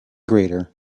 greater